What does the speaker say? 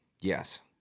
Yes